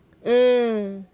mm